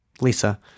Lisa